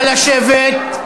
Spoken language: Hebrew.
לשבת.